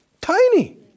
Tiny